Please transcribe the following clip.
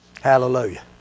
Hallelujah